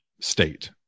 state